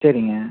சரிங்க